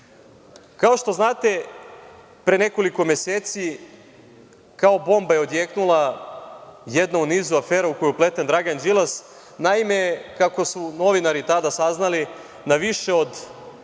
Kao što znate, pre nekoliko meseci, kao bomba je odjeknula jedna u nizu afera u koje je upleten Dragan Đilas. Naime, kako su novinari tada saznali, na više od